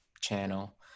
channel